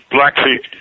Blackfeet